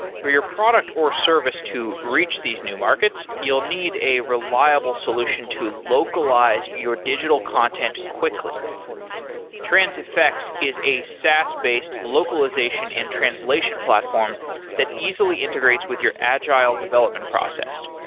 for your product or service to reach these new markets, you'll need a reliable solution to localize your digital content quickly transifex is a saas-based localization and translation platform that easily integrates with your agile development process.